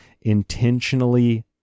intentionally